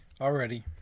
Already